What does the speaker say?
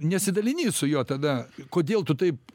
nesidalini su juo tada kodėl tu taip